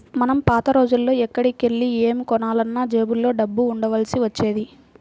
మనం పాత రోజుల్లో ఎక్కడికెళ్ళి ఏమి కొనాలన్నా జేబులో డబ్బులు ఉండాల్సి వచ్చేది